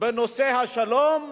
בנושא השלום,